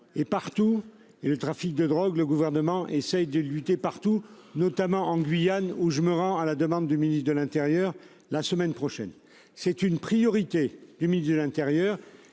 et partout et le trafic de drogue, le gouvernement essaye de lutter partout notamment en Guyane où je me rends à la demande du ministre de l'Intérieur, la semaine prochaine. C'est une priorité du ministre de l'Intérieur